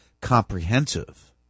comprehensive